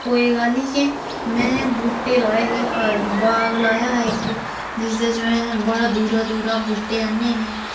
ओह् एह् गल्ल ही के मै बूहटे लाए हे होर बाग लाया हा इक जिसदे च मै बड़े दूरा दूरा बूहटे आह्ने हे